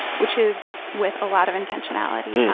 which is with a lot of intentionality. yeah